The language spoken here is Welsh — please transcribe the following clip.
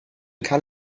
cael